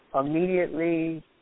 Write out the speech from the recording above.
immediately